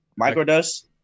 Microdose